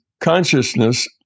consciousness